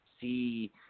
see –